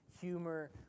Humor